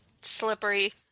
slippery